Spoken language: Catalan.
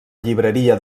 llibreria